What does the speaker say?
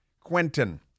Quentin